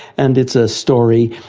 and it's a story,